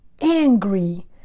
angry